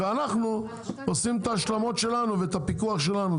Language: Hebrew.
ואנחנו עושים את ההשלמות שלנו ואת הפיקוח שלנו,